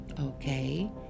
Okay